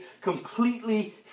completely